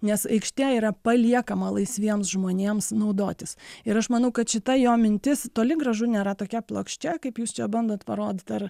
nes aikštė yra paliekama laisviems žmonėms naudotis ir aš manau kad šita jo mintis toli gražu nėra tokia plokščia kaip jūs čia bandot parodyt ar